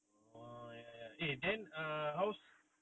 oh ya ya eh then err how